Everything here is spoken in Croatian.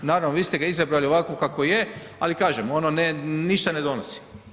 Naravno, vi ste ga izabrali ovako kako je, ali kažem, ono ništa ne donosi.